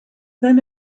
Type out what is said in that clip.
then